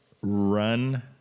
run